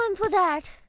um for that!